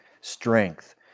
strength